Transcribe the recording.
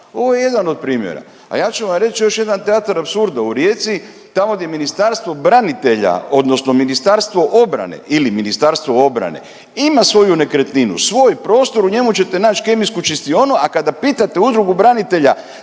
Ovo je jedan od primjera, a ja ću vam reći još jedan teatar apsurda. U Rijeci tamo gdje Ministarstvo branitelja odnosno Ministarstvo obrane ili Ministarstvo obrane ima svoju nekretninu, svoj prostor u njemu čete naći kemijsku čistionu, a kada pitate udrugu branitelja